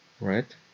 Right